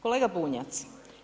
Kolega Bunjac.